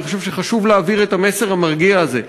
אני חושב שחשוב להעביר את המסר המרגיע הזה,